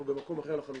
אנחנו במקום אחר לחלוטין.